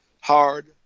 hard